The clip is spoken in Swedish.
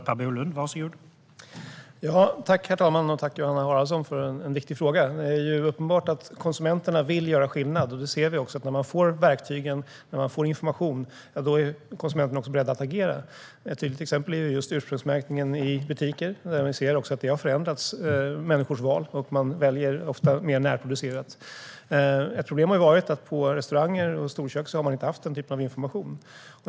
Herr talman! Tack, Johanna Haraldsson, för en viktig fråga! Det är uppenbart att konsumenterna vill göra skillnad. När de får verktyg och information är konsumenterna också beredda att agera. Ett tydligt exempel är just ursprungsmärkningen i butiker. Vi ser att det har förändrat människors val. Man väljer ofta mer närproducerat. Ett problem har varit att man på restauranger och storkök inte har haft den typen av information.